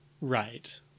Right